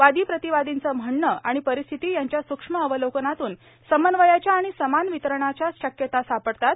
वादी प्रतिवादींचे म्हणणे आणि परिस्थिती यांच्या सूक्ष्म अवलोकनातून समन्वयाच्या आणि समान वितरणाच्या शक्यता सापडतात